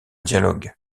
dialogue